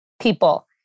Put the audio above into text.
people